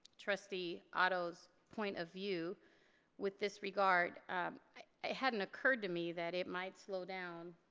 trustee otto's point of view with this regard. it hadn't occurred to me that it might slow down.